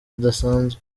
zidasanzwe